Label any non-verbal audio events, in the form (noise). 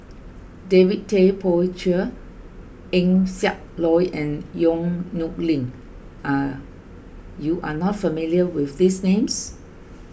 David Tay Poey Cher Eng Siak Loy and Yong Nyuk Lin (hesitation) you are not familiar with these names